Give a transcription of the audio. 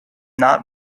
not